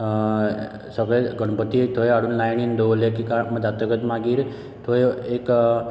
सगळे गणपती थंय हाडून लायनीन दवरले की जातगीर मागीर थंय एक